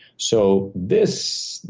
so this,